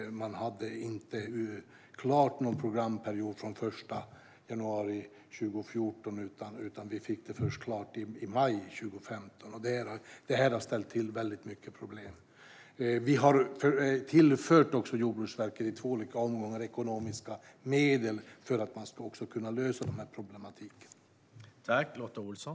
Man hade ingen programperiod klar från den 1 januari 2014, utan vi fick den klar först i maj 2015. Detta har ställt till mycket problem. Vi har i två olika omgångar tillfört Jordbruksverket ekonomiska medel för att det ska gå att lösa problematiken.